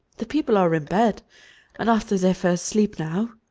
the people are in bed and after their first sleep now,